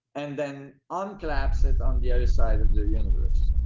and then uncollapse it on the other side of the universe.